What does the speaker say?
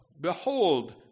behold